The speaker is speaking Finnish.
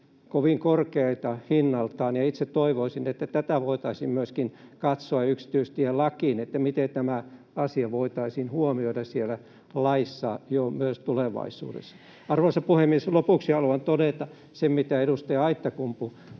kovin korkeita hinnaltaan, ja itse toivoisin, että myöskin tätä voitaisiin katsoa yksityistielakiin, miten tämä asia voitaisiin huomioida siellä laissa myös tulevaisuudessa. Arvoisa puhemies! Lopuksi haluan todeta sen, minkä myöskin edustaja Aittakumpu